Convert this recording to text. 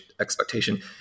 expectation